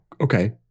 okay